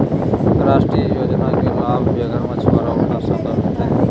राष्ट्रीय योजना के लाभ बेघर मछुवारा उठा सकले हें